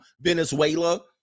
Venezuela